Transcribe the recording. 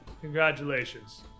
congratulations